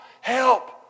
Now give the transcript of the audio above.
help